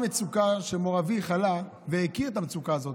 מצוקה שמור אבי חלה והכיר את המצוקה הזאת,